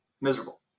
miserable